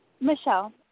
Michelle